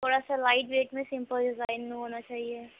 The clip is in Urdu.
تھوڑا سا لائٹ ویٹ میں سمپل ڈیزائن میں ہونا چاہیے